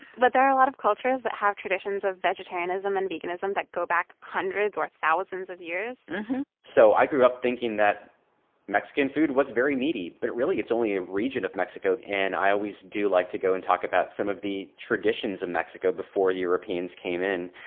but there are a lot of cultures that have traditions of vegetarianism and veganism that go back hundreds or thousands of years mmm hmm so i grew up thinking that mexican food was very meaty. but really, it's only a region of mexico. and i always do like to go and talk about some of the traditions of mexico before europeans came in.